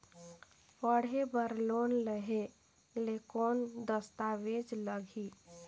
पढ़े बर लोन लहे ले कौन दस्तावेज लगही?